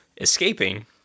escaping